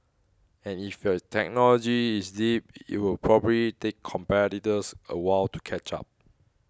and if your technology is deep it will probably take competitors a while to catch up